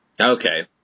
Okay